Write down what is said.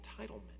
entitlement